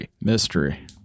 Mystery